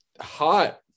hot